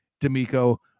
D'Amico